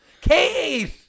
Kate